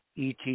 ET